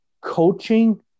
coaching